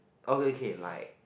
okay K like